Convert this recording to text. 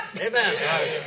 Amen